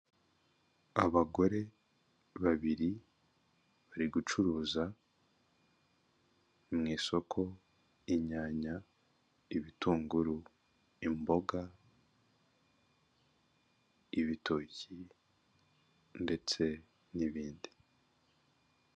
Abagore babiri bari gucuruza mu isoko inyanya, ibitunguru, imboga, ibitoki, ndetse n'ibindi.